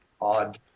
odd